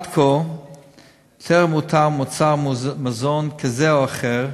עד כה טרם אותר מוצר מזון כזה או אחר,